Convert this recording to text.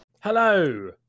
Hello